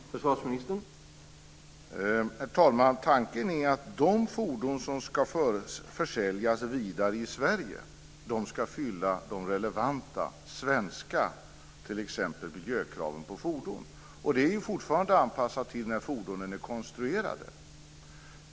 Herr talman! Tanken är att de fordon som ska försäljas vidare i Sverige ska fylla de relevanta, svenska, miljökraven på fordon. Det är fortfarande anpassat till när fordonen är konstruerade.